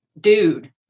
dude